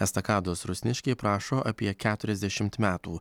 estakados rusniškiai prašo apie keturiasdešimt metų